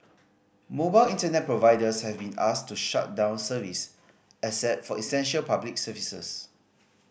mobile Internet providers have been asked to shut down service except for essential public services